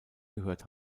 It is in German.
gehört